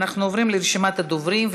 אנחנו עוברים לרשימת הדוברים,